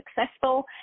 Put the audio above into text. successful